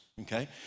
Okay